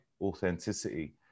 authenticity